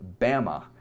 Bama